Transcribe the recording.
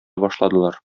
башладылар